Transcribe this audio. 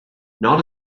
not